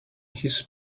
his